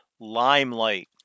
Limelight